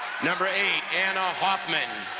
number eight, anna hoffman.